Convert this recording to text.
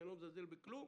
ואני לא מזלזל בכלום,